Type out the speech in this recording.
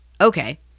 Okay